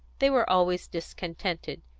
they were always discontented,